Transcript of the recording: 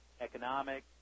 economic